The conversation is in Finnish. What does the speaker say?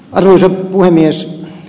arvoisa puhemies